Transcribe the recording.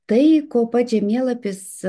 tai ko pats žemėlapis